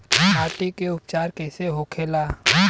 माटी के उपचार कैसे होखे ला?